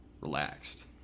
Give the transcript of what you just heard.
relaxed